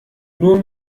nur